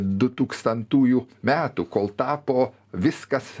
dutūkstantųjų metų kol tapo viskas